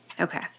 okay